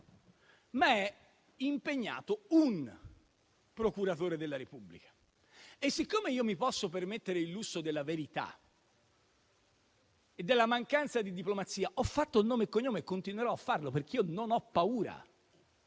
ma è impegnato un procuratore della Repubblica e siccome io mi posso permettere il lusso della verità e della mancanza di diplomazia, ho fatto nome e cognome e continuerò a farlo perché io non ho paura